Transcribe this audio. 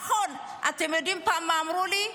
נכון, אתם יודעים פעם מה אמרו לי?